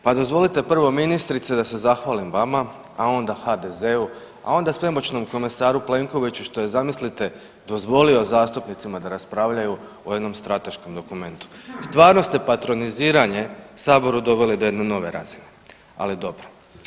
Pa dozvolite prvo ministrice da se zahvalim vama, a onda HDZ-u, a onda sveopćem komesaru Plenkoviću što je zamislite dozvolio zastupnicima da raspravljaju o jednom strateškom dokumentu, stvarno ste patroniziranje saboru doveli do jedne nove razine, ali dobro.